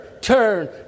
turn